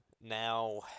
Now